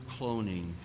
cloning